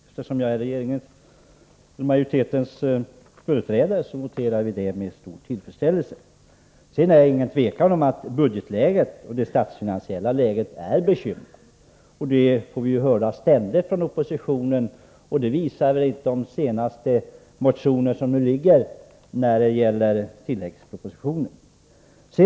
Eftersom jag är majoritetens företrädare noterar jag naturligtvis detta med stor tillfredsställelse. Sedan är det inget tvivel om att det statsfinansiella läget är bekymmersamt. Det får vi ständigt höra från oppositionen, och det visar inte minst de senast avgivna motionerna, med anledning av tilläggspropositionen.